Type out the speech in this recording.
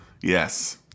Yes